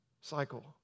cycle